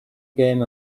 gêm